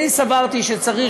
אני סברתי שצריך